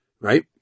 right